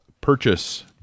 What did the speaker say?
purchase